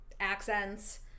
Accents